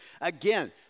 Again